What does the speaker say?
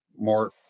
more